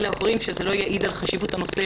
שזה לא יעיד על חשיבות הנושא,